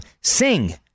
Sing